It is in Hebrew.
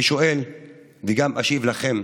אני שואל וגם אשיב לכם.